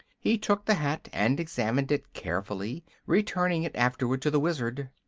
he took the hat and examined it carefully, returning it afterward to the wizard.